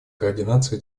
координации